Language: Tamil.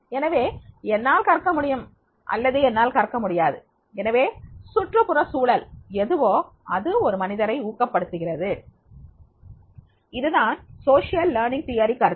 எனவே என்னால் கற்க முடியும் அல்லது என்னால் கற்க முடியாது எனவே சுற்றுப்புற சூழல் எதுவோ அது ஒரு மனிதரை ஊக்கப்படுத்துகிறது இதுதான் சமூக கற்றல் கோட்பாடு கருத்து